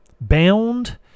bound